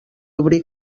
obrir